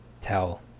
tell